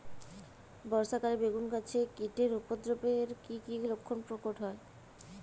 বর্ষা কালে বেগুন গাছে কীটের উপদ্রবে এর কী কী লক্ষণ প্রকট হয়?